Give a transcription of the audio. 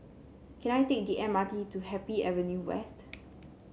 can I take the M R T to Happy Avenue West